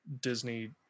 disney